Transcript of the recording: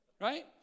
Right